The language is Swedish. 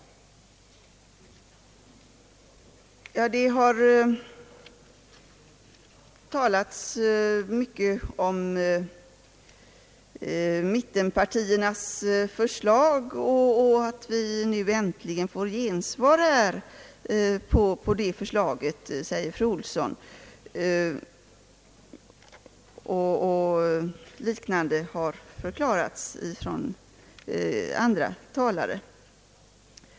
Det har talats mycket om mittenpartiernas förslag och att »vi äntligen får gensvar på det förslaget», säger fru Olsson. Liknande synpunkter har framförts från andra talare.